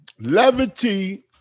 Levity